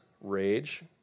rage